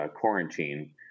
quarantine